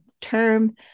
term